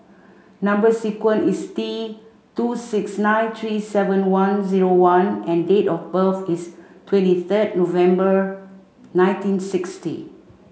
number sequence is T two six nine three seven one zero one and date of birth is twenty third November nineteen sixty